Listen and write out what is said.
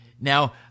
Now